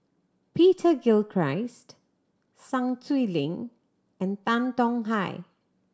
Peter Gilchrist Sun Xueling and Tan Tong Hye